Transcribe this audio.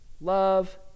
love